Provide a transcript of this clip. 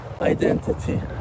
identity